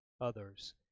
others